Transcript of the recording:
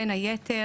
בין היתר,